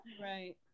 right